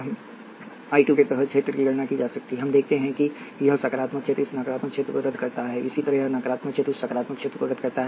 इसी तरह I 2 के तहत क्षेत्र की गणना की जा सकती है हम देखते हैं कि यह सकारात्मक क्षेत्र इस नकारात्मक क्षेत्र को रद्द करता है इसी तरह यह नकारात्मक क्षेत्र उस सकारात्मक क्षेत्र को रद्द करता है